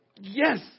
yes